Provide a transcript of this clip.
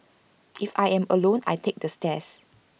if I am alone I take the stairs